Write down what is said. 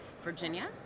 Virginia